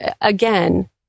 again